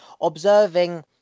observing